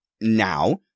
now